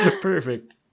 Perfect